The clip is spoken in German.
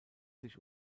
sich